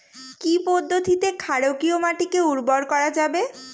কি পদ্ধতিতে ক্ষারকীয় মাটিকে উর্বর করা যাবে?